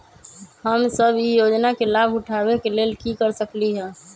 हम सब ई योजना के लाभ उठावे के लेल की कर सकलि ह?